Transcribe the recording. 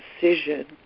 decision